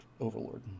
overlord